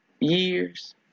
years